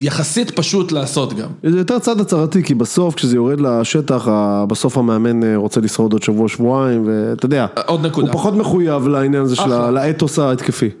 יחסית פשוט לעשות גם. זה יותר צעד הצהרתי, כי בסוף, כשזה יורד לשטח, בסוף המאמן רוצה לשרוד עוד שבוע או שבועיים, ואתה יודע, הוא פחות מחויב לעניין הזה של האתוס ההתקפי.